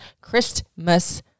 Christmas